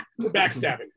Backstabbing